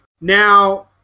Now